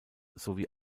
sowie